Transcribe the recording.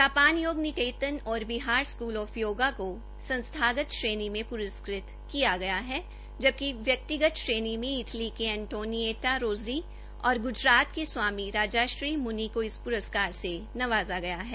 Japan Yog Niketan और Bihar school of yoga को संस्थागत श्रेणी में पुरस्कृत किया गया है जबकि व्यक्तिगत श्रेणी में इटली के एंटोनिऐटा रोज्जी और गुजरात के स्वामी राजार्षी मुनी को इस पुरस्कार से नवाजा गया है